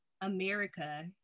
America